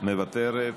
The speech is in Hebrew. מוותרת.